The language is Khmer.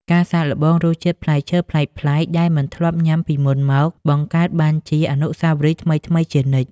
ការសាកល្បងរសជាតិផ្លែឈើប្លែកៗដែលមិនធ្លាប់ញ៉ាំពីមុនមក បង្កើតបានជាអនុស្សាវរីយ៍ថ្មីៗជានិច្ច។